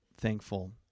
thankful